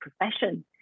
profession